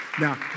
Now